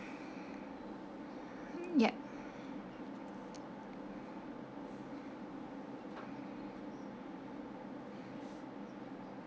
yup